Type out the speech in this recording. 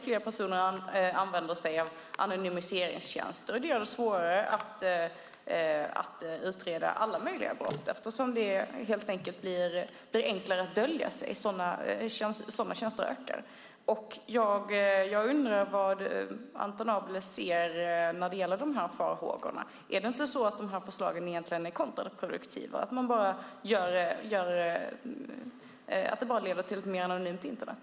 Fler använder sig av anonymiseringstjänster, vilket gör det svårare att utreda alla möjliga brott eftersom det helt enkelt blir enklare att dölja sin identitet när sådana tjänster ökar. Jag undrar hur Anton Abele ser på dessa farhågor. Är det inte så att förslagen egentligen är kontraproduktiva, att de bara leder till ett mer anonymt Internet?